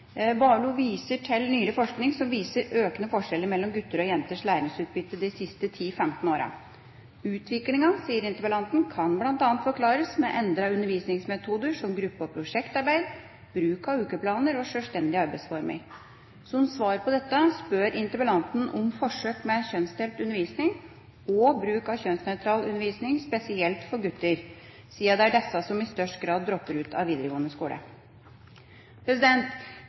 Warloe viser til nyere norsk forskning som viser økende forskjeller mellom gutters og jenters læringsutbytte de siste 10–15 årene. Utviklingen, sier interpellanten, kan forklares med bl.a. endrede undervisningsmetoder som gruppe- og prosjektarbeid, bruk av ukeplaner og sjølstendige arbeidsformer. Som svar på dette etterspør interpellanten forsøk med kjønnsdelt undervisning og bruk av kjønnsnøytral undervisning spesielt for gutter, siden det er disse som i størst grad dropper ut av videregående skole.